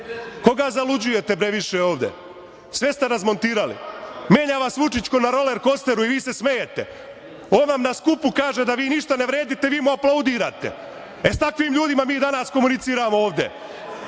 Koga zaluđujete, bre, više ovde? Sve ste razmontirali. Menja vas Vučić ko na rolerkosteru i vi se smejete. On vam na skupu kaže da vi ništa ne vredite, vi mu aplaudirate. E, s takvim ljudima mi danas komuniciramo ovde.